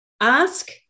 ask